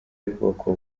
y’ubwoko